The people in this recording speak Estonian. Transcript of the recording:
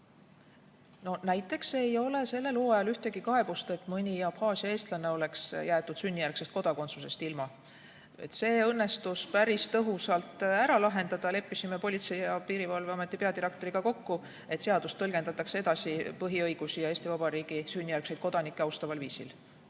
Aga näiteks ei ole sellel hooajal olnud ühtegi kaebust, et mõni Abhaasia eestlane oleks ilma jäetud sünnijärgsest kodakondsusest. See õnnestus päris tõhusalt ära lahendada. Leppisime Politsei- ja Piirivalveameti peadirektoriga kokku, et seadust tõlgendatakse põhiõigusi ja Eesti Vabariigi sünnijärgseid kodanikke austaval viisil.